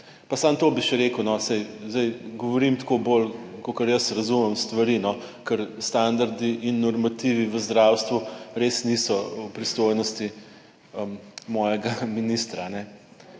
Pa samo to, bi še rekel, no, saj zdaj govorim tako, bolj kakor jaz razumem stvari, no, ker standardi in normativi v zdravstvu res niso v pristojnosti mojega ministra.